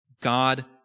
God